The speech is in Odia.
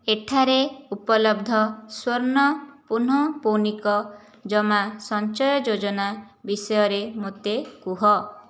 ଏଠାରେ ଉପଲବ୍ଧ ସ୍ଵର୍ଣ୍ଣ ପୁନଃପୌନିକ ଜମା ସଞ୍ଚୟ ଯୋଜନା ବିଷୟରେ ମୋତେ କୁହ